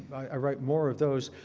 i write more of those.